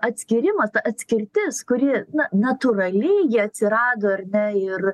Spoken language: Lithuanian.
atskyrimas ta atskirtis kuri natūraliai atsirado ar ne ir